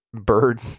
Bird